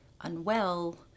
unwell